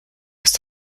ist